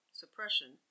suppression